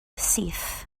syth